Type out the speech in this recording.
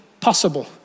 possible